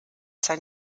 sein